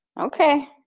Okay